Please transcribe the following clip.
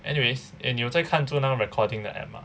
anyways 你又在看住那个 recording 的 app mah